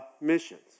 missions